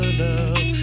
love